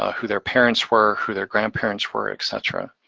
who their parents were, who their grandparent's were, et cetera.